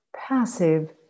passive